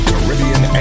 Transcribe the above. Caribbean